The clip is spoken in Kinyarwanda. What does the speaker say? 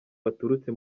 baturutse